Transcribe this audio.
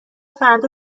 فردا